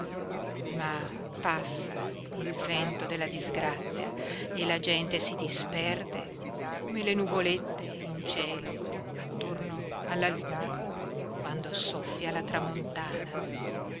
ma passa il vento della disgrazia e la gente si disperde come le nuvolette in cielo attorno alla luna quando soffia la tramontana